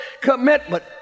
commitment